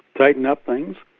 tighten up things,